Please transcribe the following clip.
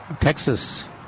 Texas